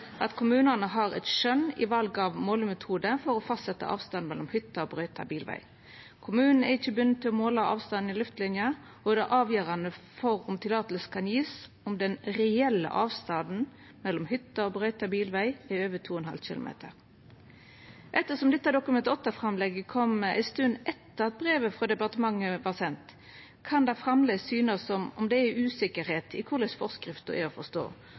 bilvei. Kommunene er ikke bundet til å måle avstanden i luftlinje. Det avgjørende for om tillatelse kan gis er om den reelle avstanden mellom hytte og brøytet bilvei er over 2,5 km». Ettersom dette Dokument 8-framlegget kom ei stund etter at brevet frå departementet vart sendt, kan det framleis synest som at det er usikkerheit om korleis forskrifta er å forstå.